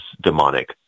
demonic